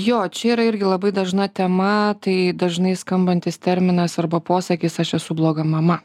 jo čia yra irgi labai dažna tema tai dažnai skambantis terminas arba posakis aš esu bloga mama